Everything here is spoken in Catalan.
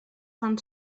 fan